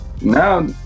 now